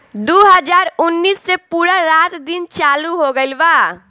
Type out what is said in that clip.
दु हाजार उन्नीस से पूरा रात दिन चालू हो गइल बा